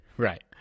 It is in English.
Right